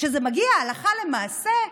כשזה מגיע הלכה למעשה,